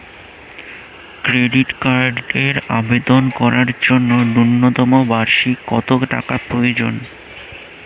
Credit কার্ডের আবেদন করার জন্য ন্যূনতম বার্ষিক কত টাকা প্রয়োজন?